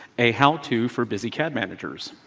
a how to for busy cad managers.